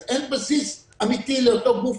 אז אין בסיס אמיתי לאותו גוף